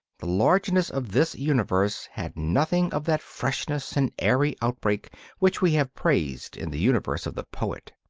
the largeness of this universe had nothing of that freshness and airy outbreak which we have praised in the universe of the poet.